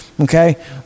okay